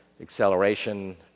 acceleration